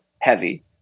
heavy